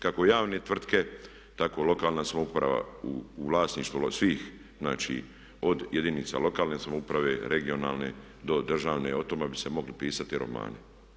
Kako javne tvrtke tako i lokalna samouprava u vlasništvu svih znači od jedinica lokalne samouprave, regionalne do državne, o tome bi se mogli pisati romani.